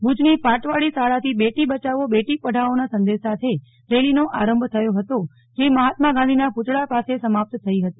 ભુજની પાટવાડી સ્કુલથી બેટી બચાવો બેટી પઢાવોના સંદેશ સાથે રેલીનો આરંભ થયો હતો જે મહાત્મા ગાંધીના પૂતળા પાસે સમાપ્ત થઈ હતી